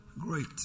Great